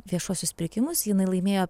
viešuosius pirkimus jinai laimėjo